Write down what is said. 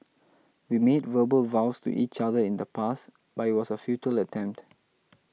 we made verbal vows to each other in the past but it was a futile attempt